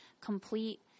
complete